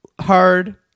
hard